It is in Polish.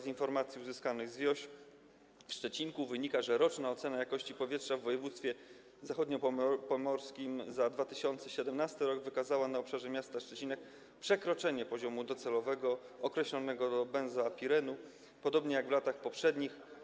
Z informacji uzyskanych z WIOŚ w Szczecinku wynika, że roczna ocena jakości powietrza w województwie zachodniopomorskim za 2017 r. wykazała na obszarze miasta Szczecinka przekroczenie określonego poziomu docelowego benzo (a) pirenu, podobnie jak w latach poprzednich.